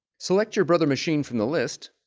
select your brother machine from the list